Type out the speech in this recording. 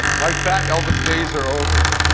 my fat elvis days are over.